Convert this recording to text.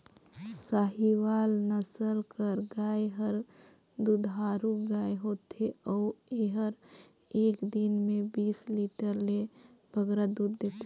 साहीवाल नसल कर गाय हर दुधारू गाय होथे अउ एहर एक दिन में बीस लीटर ले बगरा दूद देथे